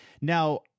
Now